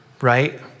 right